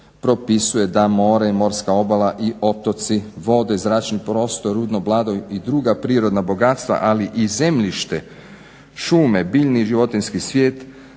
52.propisuje da more i morska obala i otoci, vode, zračni prostor, rudno blago i druga prirodna bogatstva ali i zemljište, šume, biljni i životinjski svijet,